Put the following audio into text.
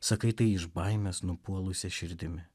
sakai tai iš baimės nupuolusia širdimi